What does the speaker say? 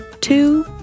two